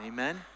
Amen